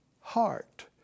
heart